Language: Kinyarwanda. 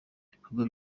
ibikorwa